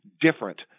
different